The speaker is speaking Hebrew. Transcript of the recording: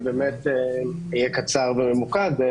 אני באמת אהיה קצר וממוקד.